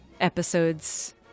episodes